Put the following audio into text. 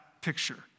picture